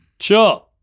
Sure